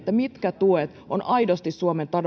mitkä tuet ovat aidosti suomen